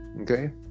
okay